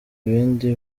ibindi